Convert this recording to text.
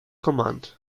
command